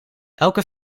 elke